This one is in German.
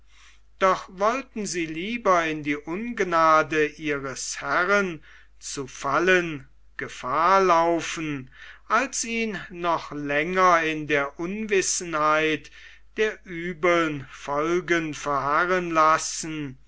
doch wollten sie lieber die ungnade ihres herrn gefahr laufen als ihn noch länger in der unwissenheit der übeln folgen verharren lassen